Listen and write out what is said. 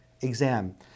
exam